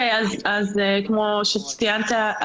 כמו שציינת,